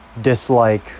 dislike